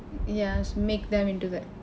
yes should make them into that